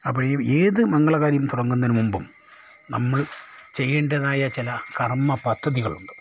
അപ്പ ഈ ഏത് മംഗളകാര്യം തുടങ്ങുന്നതിന് മുമ്പും നമ്മൾ ചെയ്യേണ്ടതായ ചില കർമ്മ പദ്ധതികളുണ്ട്